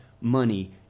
money